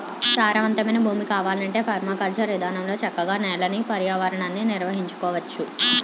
సారవంతమైన భూమి కావాలంటే పెర్మాకల్చర్ ఇదానంలో చక్కగా నేలని, పర్యావరణాన్ని నిర్వహించుకోవచ్చు